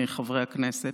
מחברי הכנסת,